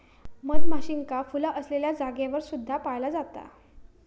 मधमाशींका फुला असलेल्या जागेवर सुद्धा पाळला जाता